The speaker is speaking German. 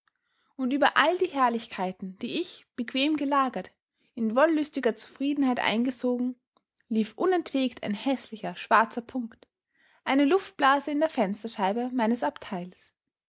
und über all die herrlichkeiten die ich bequem gelagert in wollüstiger zufriedenheit eingesogen lief unentwegt ein häßlicher schwarzer punkt eine luftblase in der fensterscheibe meines abteils